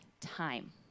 time